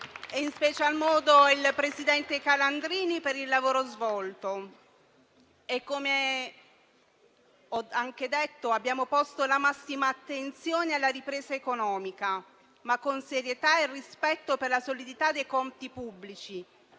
in special modo il presidente Calandrini per il lavoro svolto. Come ho detto, abbiamo posto la massima attenzione alla ripresa economica, ma con serietà e rispetto per la solidità dei conti pubblici.